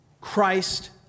Christ